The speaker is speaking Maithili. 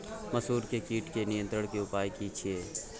मसूर के कीट के नियंत्रण के उपाय की छिये?